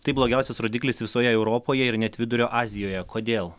tai blogiausias rodiklis visoje europoje ir net vidurio azijoje kodėl